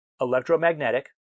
electromagnetic